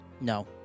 No